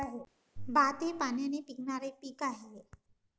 भात हे पाण्याने पिकणारे पीक आहे